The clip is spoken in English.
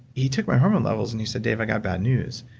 he took my hormone levels and he said, dave, i've got bad news.